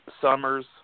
Summers